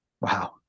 Wow